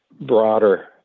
broader